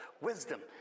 wisdom